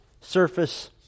surface